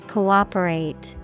Cooperate